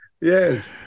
Yes